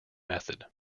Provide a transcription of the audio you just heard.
method